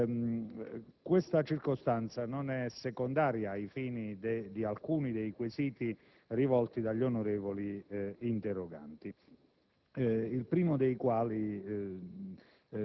Questa circostanza non è secondaria ai fini di alcuni dei quesiti rivolti dagli onorevoli interroganti, il primo dei quali